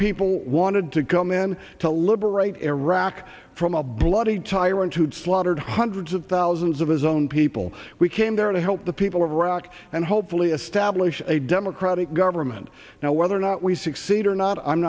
people wanted to come in to liberate iraq from a bloody tyrant who slaughtered hundreds of thousands of his own people we came down to help the people of iraq and hopefully establish a democratic government now whether or not we succeed or not i'm